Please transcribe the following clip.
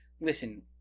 listen